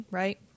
right